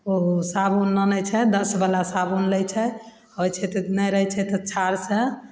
ओ साबुन अनय छै दसवला साबुन लै छै नहि रहय छै तऽ छाउरसँ